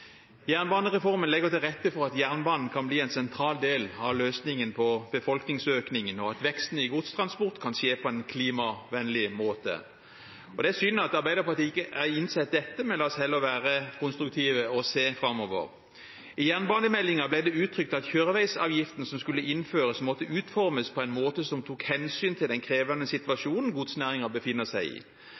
Jernbanereformen legger til rette for at jernbanen kan bli en sentral del av løsningen med tanke på befolkningsøkningen, og at veksten i godstransport kan skje på en klimavennlig måte. Det er synd at Arbeiderpartiet ikke har innsett dette, men la oss heller være konstruktive og se framover. I jernbanemeldingen ble det uttrykt at kjøreveisavgiften som skulle innføres, måtte utformes på en måte som tok hensyn til den krevende situasjonen godsnæringen befinner seg i. Det heter til og med i